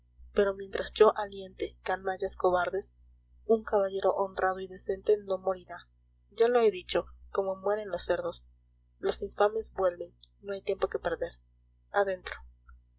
pero mientras yo aliente canallas cobardes un caballero honrado y decente no morirá ya lo he dicho como mueren los cerdos los infames vuelven no hay tiempo que perder adentro